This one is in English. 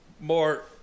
More